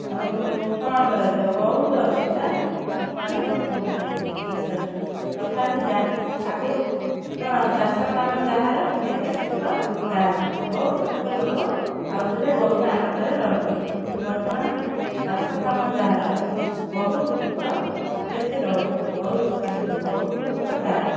ଆଉ କ'ଣ କରାଯିବ ବହୁତ ଅସୁବିଧା ଲୋକମାନେ ଭୋଗୁଛନ୍ତି ଚାଷରେ କଥା ଥିଲା ଆଗରୁ କ'ଣ ଚାଷ କାମ ଯାହାର କେତେ ସୁଖ ତାହାର ବହୁତ ସୁଖ ଲୋକ ପାଉଥିଲେ ବହୁତ ଆନନ୍ଦରେ ରହୁଥିଲେ କିନ୍ତୁ ବର୍ତ୍ତମାନ ଚାଷ କାମ ଯାହାର ବହୁତ ଦୁଃଖରେ ସେ ରହୁଛି ବହୁତ ଦୁଃଖ ତାହାର